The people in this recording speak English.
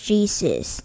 Jesus